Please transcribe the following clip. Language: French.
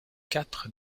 quatre